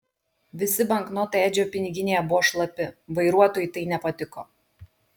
visi banknotai edžio piniginėje buvo šlapi vairuotojui tai nepatiko